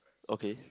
okay